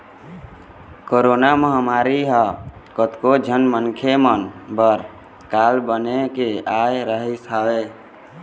corona महामारी ह कतको झन मनखे मन बर काल बन के आय रिहिस हवय